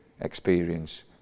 experience